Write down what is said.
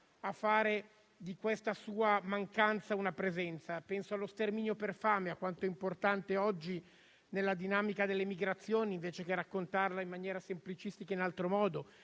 a fare di questa sua mancanza una presenza. Penso allo sterminio per fame, a quanto è importante oggi nella dinamica delle migrazioni, invece che raccontarla in maniera semplicistica in altro modo.